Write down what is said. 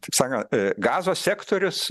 kaip sakant gazos sektorius